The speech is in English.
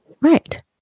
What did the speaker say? right